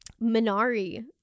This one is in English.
minari